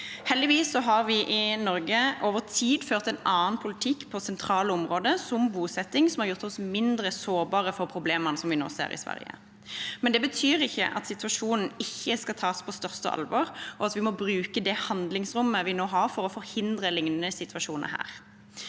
Heldigvis har vi i Norge over tid ført en annen politikk på sentrale områder, som bosetting, som har gjort oss mindre sårbare for problemene vi nå ser i Sverige. Men det betyr ikke at situasjonen ikke skal tas på største alvor, og vi må bruke det handlingsrommet vi nå har, for å forhindre liknende situasjoner her.